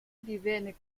divenne